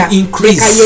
increase